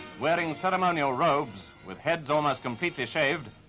wearing ceremonial robes, with heads almost completely shaved,